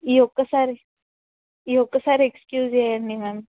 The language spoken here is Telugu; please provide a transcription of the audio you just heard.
ఈ ఒక్కసారి ఈ ఒక్కసారి ఎక్స్క్యూజ్ చేయండి మ్యామ్